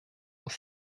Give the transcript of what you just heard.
aus